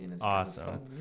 awesome